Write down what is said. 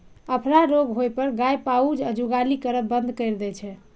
अफरा रोग होइ पर गाय पाउज या जुगाली करब बंद कैर दै छै